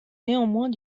néanmoins